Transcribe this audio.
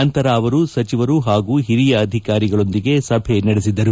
ನಂತರ ಅವರು ಸಚಿವರು ಹಾಗೂ ಹಿರಿಯ ಅಧಿಕಾರಿಗಳೊಂದಿಗೆ ಸಭೆ ನಡೆಸಿದರು